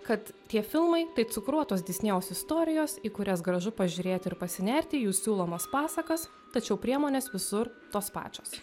kad tie filmai tai cukruotos disnėjaus istorijos į kurias gražu pažiūrėti ir pasinerti į jų siūlomas pasakas tačiau priemonės visur tos pačios